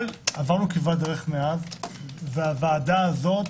אבל עברנו כברת דרך מאז והוועדה הזו,